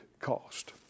cost